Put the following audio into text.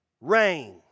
Rain